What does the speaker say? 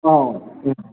औ दे